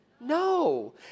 No